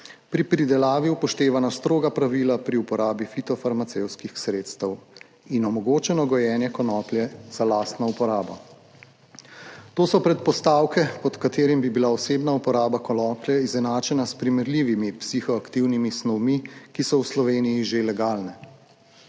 Pri pridelavi upoštevana stroga pravila pri uporabi fitofarmacevtskih sredstev in omogočeno gojenje konoplje za lastno uporabo. To so predpostavke, pod katerimi bi bila osebna uporaba konoplje izenačena s primerljivimi psihoaktivnimi snovmi, ki so v Sloveniji že legalne.